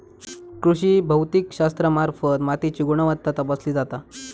कृषी भौतिकशास्त्रामार्फत मातीची गुणवत्ता तपासली जाता